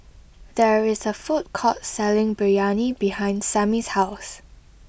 there is a food court selling Biryani behind Sammy's house